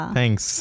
thanks